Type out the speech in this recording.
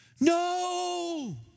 No